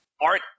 Art